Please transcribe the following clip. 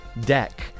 deck